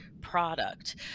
product